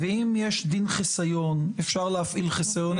ואם יש דין חיסיון אפשר להפעיל חיסיון.